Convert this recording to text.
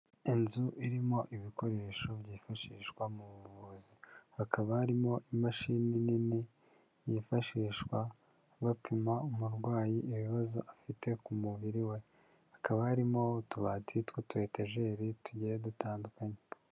Inzu irimo ibikoresho byifashishwa mu buvuzi, hakaba harimo imashini nini yifashishwa bapima umurwayi ibibazo afite ku mubiri we, hakaba harimo utubati tw'utu etejeri tugiye dutandukanye.